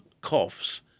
coughs